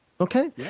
Okay